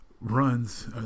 runs